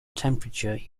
temperature